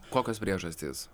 kokios priežastys